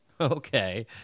Okay